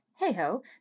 Hey-ho